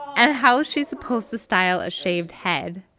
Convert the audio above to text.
and how is she supposed to style a shaved head?